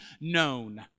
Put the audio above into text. known